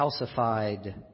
calcified